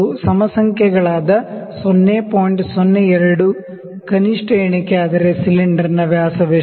02 least count ಆದರೆ ಸಿಲಿಂಡರನ ವ್ಯಾಸ ವೆಷ್ಟು